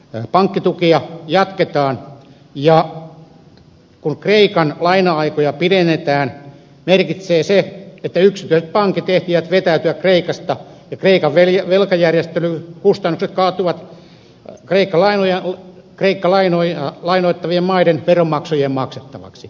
pankkitukia jatketaan ja kun kreikan laina aikoja pidennetään merkitsee se sitä että yksityiset pankit ehtivät vetäytyä kreikasta ja kreikan velkajärjestelyn kustannukset kaatuvat kreikkaa lainoittavien maiden veronmaksajien maksettavaksi